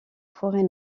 forêt